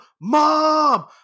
mom